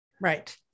Right